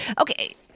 Okay